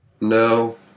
No